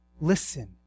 Listen